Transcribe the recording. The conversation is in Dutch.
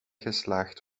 geslaagd